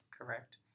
Correct